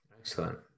Excellent